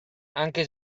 anche